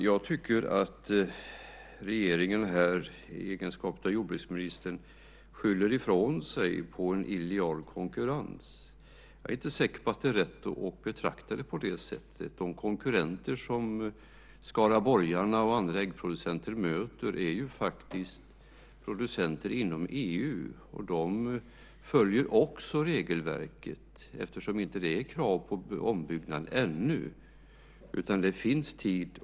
Jag tycker att regeringen, här i egenskap av jordbruksministern, skyller ifrån sig på en illojal konkurrens. Jag är inte säker på att det är rätt att betrakta det på det sättet. De konkurrenter som skaraborgarna och andra äggproducenter möter är faktiskt producenter inom EU, och de följer också regelverket eftersom det ännu inte är krav på ombyggnad utan det finns tid för det.